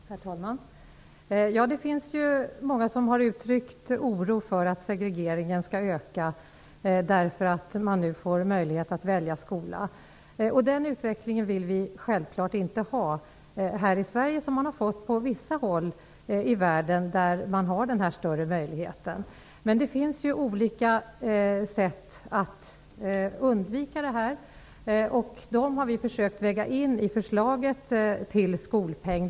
Herr talman! Det finns många som har uttryckt oro för att segregeringen skall öka därför att det nu blir möjligt att välja skola. Vi vill självfallet inte ha en sådan utveckling här i Sverige så som det har blivit på vissa håll i världen där denna möjlighet finns. Men det finns olika sätt att undvika segregering. Vi har försökt att väga in dessa sätt i förslaget till skolpeng.